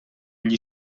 gli